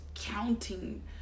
counting